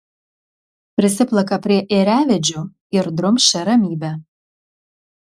prisiplaka prie ėriavedžių ir drumsčia ramybę